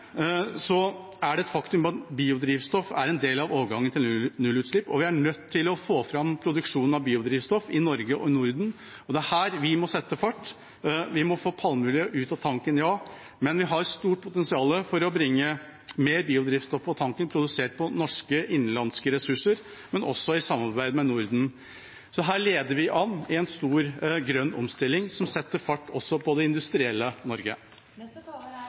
er det et faktum at biodrivstoff er en del av overgangen til nullutslipp, og vi er nødt til å få fram produksjon av biodrivstoff i Norge og i Norden. Det er her vi må sette fart. Vi må få palmeolje ut av tanken, ja, men vi har et stort potensial for å bringe mer biodrivstoff på tanken produsert på norske – innenlandske – ressurser, men også i samarbeid med Norden. Så her leder vi an i en stor grønn omstilling som også setter fart på det industrielle Norge.